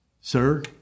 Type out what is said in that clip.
sir